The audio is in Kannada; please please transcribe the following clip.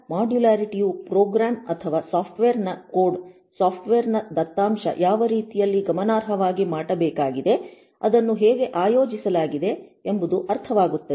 ಆದ್ದರಿಂದಮಾಡ್ಯುಲ್ಯಾರಿಟಿ ಯು ಪ್ರೋಗ್ರಾಂ ಅಥವಾ ಸಾಫ್ಟ್ವೇರ್ನ ಕೋಡ್ ಸಾಫ್ಟ್ವೇರ್ ನ ದತ್ತಾಂಶ ಯಾವ ರೀತಿಯಲ್ಲಿ ಗಮನಾರ್ಹವಾಗಿ ಮಾಡಬೇಕಾಗಿದೆ ಅದನ್ನು ಹೇಗೆ ಆಯೋಜಿಸಲಾಗಿದೆ ಎಂಬುದು ಅರ್ಥವಾಗುತ್ತದೆ